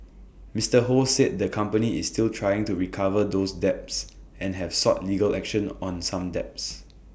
Mister ho said the company is still trying to recover those debts and have sought legal action on some debts